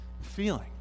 feeling